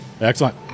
Excellent